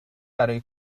برای